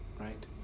right